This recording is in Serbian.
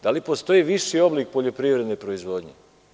Da li postoji viši oblik poljoprivredne proizvodnje?